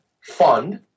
Fund